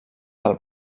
del